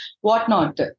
whatnot